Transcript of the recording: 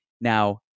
Now